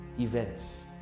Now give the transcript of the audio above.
events